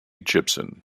gibson